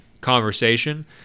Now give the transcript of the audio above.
conversation